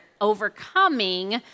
overcoming